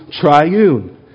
triune